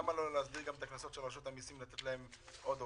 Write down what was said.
למה לא להסדיר גם את הקנסות של רשות המיסים ולתת להם עוד אורכה?